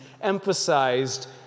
emphasized